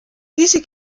diese